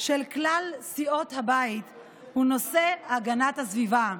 של כלל סיעות הבית הוא נושא הגנת הסביבה.